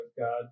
God